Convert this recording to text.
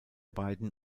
beiden